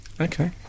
Okay